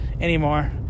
anymore